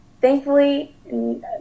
thankfully